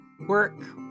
work